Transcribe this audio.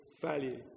value